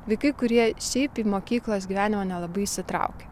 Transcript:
vaikai kurie šiaip į mokyklos gyvenimą nelabai įsitraukia